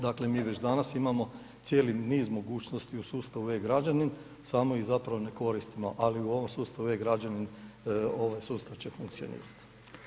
Dakle, mi već danas imamo cijeli niz mogućnosti u sustava e-građanin, samo ih zapravo ne koristimo, ali u ovom sustavu e-građanin, ovaj sustav će funkcionirat.